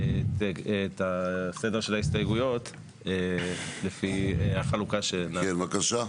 את הסדר של ההסתייגויות לפי החלוקה שנעשתה.